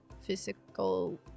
physical